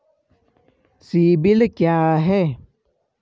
CIBIL क्या है?